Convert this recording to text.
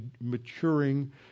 maturing